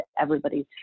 everybody's